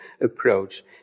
approach